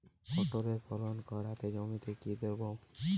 পটলের ফলন কাড়াতে জমিতে কি দেবো?